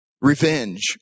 revenge